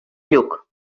lluc